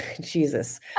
Jesus